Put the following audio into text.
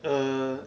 uh